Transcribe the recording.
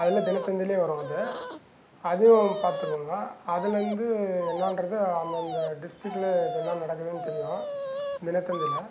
அதில் தினத்தந்திலே வரும் அது அதுவும் பார்த்துருவோங்க அதுலேந்து என்னான்றத அந்தந்த டிஸ்ட்ரிக்ட்லே இதெல்லாம் நடக்குதுன்னு தெரியும் தினத்தந்தியில்